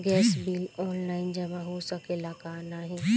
Gas bill online जमा हो सकेला का नाहीं?